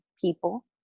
people